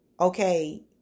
Okay